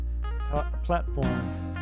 platform